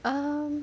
um